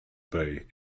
bay